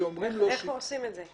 איפה עושים את זה.